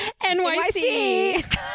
NYC